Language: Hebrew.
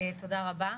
תודה רבה.